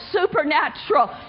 supernatural